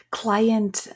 client